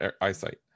eyesight